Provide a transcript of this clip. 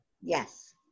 yes